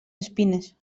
espines